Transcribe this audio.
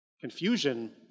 confusion